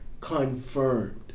confirmed